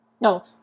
no